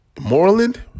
Moreland